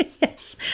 Yes